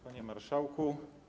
Panie Marszałku!